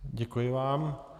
Děkuji vám.